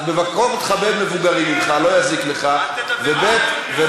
אז תכבד מבוגרים ממך, לא יזיק לך, וב.